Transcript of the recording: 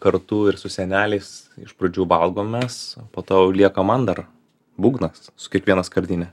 kartu ir su seneliais iš pradžių valgom mes o po to jau lieka man dar būgnas su kiekviena skardine